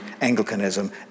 Anglicanism